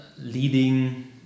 leading